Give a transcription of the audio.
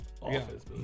office